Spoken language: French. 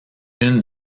une